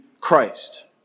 Christ